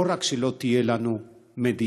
לא רק שלא תהיה לנו מדינה,